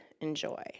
enjoy